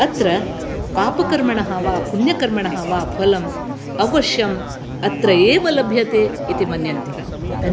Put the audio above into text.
अत्र पापकर्मणः वा पुण्यकर्मणः वा फलम् अवश्यम् अत्र एव लभ्यते इति मन्यन्ते